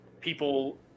people